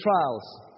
trials